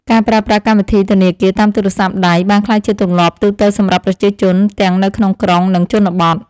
ការប្រើប្រាស់កម្មវិធីធនាគារតាមទូរស័ព្ទដៃបានក្លាយជាទម្លាប់ទូទៅសម្រាប់ប្រជាជនទាំងនៅក្នុងក្រុង និងជនបទ។